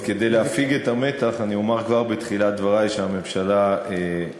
אז כדי להפיג את המתח אני אומר כבר בתחילת דברי שהממשלה מתנגדת.